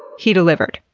he delivered.